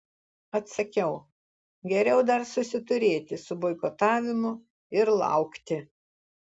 atsakiau geriau dar susiturėti su boikotavimu ir laukti